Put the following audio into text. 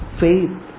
faith